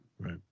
right